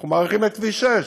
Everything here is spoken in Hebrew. אנחנו מאריכים את כביש 6,